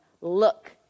Look